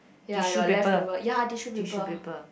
tissue paper tissue paper